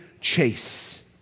chase